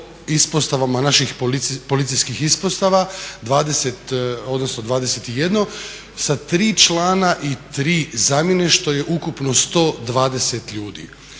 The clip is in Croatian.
naših policijskih ispostava, 20 odnosno 21 sa 3 člana i 3 zamjene što je ukupno 120 ljudi.